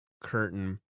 curtain